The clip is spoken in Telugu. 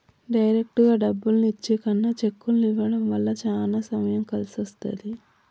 డైరెక్టుగా డబ్బుల్ని ఇచ్చే కన్నా చెక్కుల్ని ఇవ్వడం వల్ల చానా సమయం కలిసొస్తది